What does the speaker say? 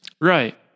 Right